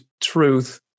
truth